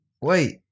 Wait